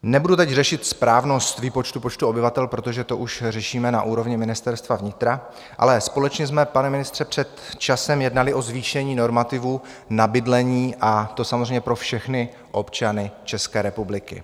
Nebudu teď řešit správnost výpočtu počtu obyvatel, protože to už řešíme na úrovni Ministerstva vnitra, ale společně jsme, pane ministře, před časem jednali o zvýšení normativů na bydlení, a to samozřejmě pro všechny občany České republiky.